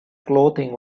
clothing